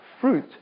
fruit